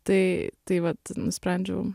tai tai vat nusprendžiau